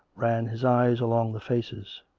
ran his eyes along the faces.